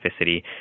specificity